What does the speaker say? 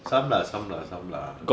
some lah some lah some lah